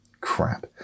crap